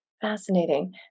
fascinating